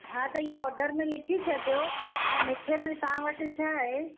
हा त इहो ऑडर में लिखी छॾियो ऐं मिठे में तव्हां वटि छा आहे